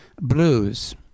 blues